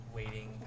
waiting